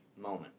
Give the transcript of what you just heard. moment